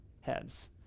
heads